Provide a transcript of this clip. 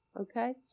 Okay